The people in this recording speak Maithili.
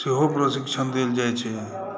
सेहो प्रशिक्षण देल जाइत छै